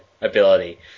ability